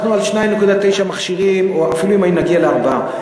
אנחנו על 2.9 מכשירים או אפילו אם נגיע לארבעה,